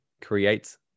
creates